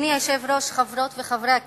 אדוני היושב-ראש, חברות וחברי הכנסת,